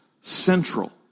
central